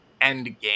Endgame